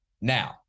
Now